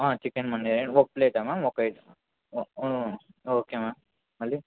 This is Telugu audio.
చికెన్ మంచూరియా ఒక ప్లేటా మ్యామ్ ఒక ప్లేటా ఓకే మ్యామ్